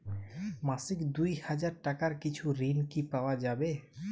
মাসিক দুই হাজার টাকার কিছু ঋণ কি পাওয়া যাবে?